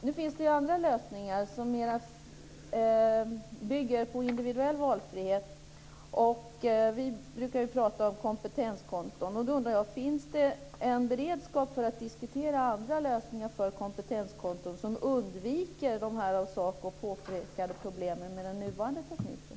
Nu finns det andra lösningar, som mer bygger på individuell valfrihet. Vi brukar ju prata om kompetenskonton. Då undrar jag: Finns det en beredskap för att diskutera andra lösningar för kompetenskonton som undviker de av SACO påpekade problemen med den nuvarande tekniken?